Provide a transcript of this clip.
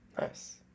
Nice